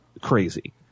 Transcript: crazy